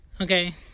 Okay